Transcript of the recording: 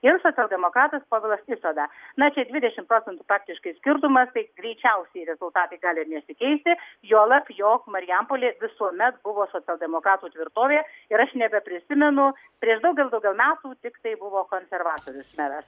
ir socialdemokratas povilas isoda na čia dvidešimt procentų faktiškai skirtumas tai greičiausiai rezultatai gali irnesikeisti juolab jog marijampolė visuomet buvo socialdemokratų tvirtovė ir aš nebeprisimenu prieš daugel daugel metų tiktai buvo konservatorius meras